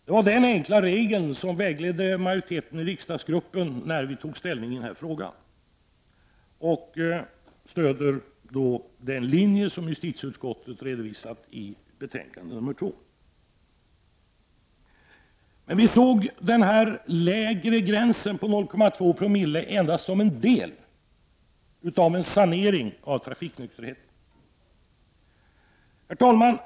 Det var den enkla regel som vägledde majoriteten i riksdagsgruppen när vi tog ställning i frågan och stödde den linje som justitieutskottet redovisar i betänkande nr 2. Men vi såg den lägre gränsen vid 0,2 Joo endast som en del av saneringen på trafikonykterhetsområdet. Herr talman!